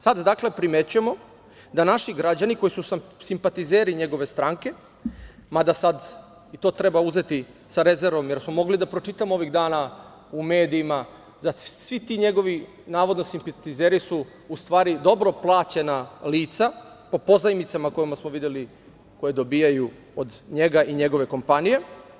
Sada, dakle, primećujemo da naši građani koji su simpatizeri njegove stranke, mada sad i to treba uzeti sa rezervom, jer smo mogli da pročitamo ovih dana u medijima da svi ti njegovi navodno simpatizeri su dobro plaćena lica po pozajmicama koje smo videli da dobijaju od njega i njegove kompanije.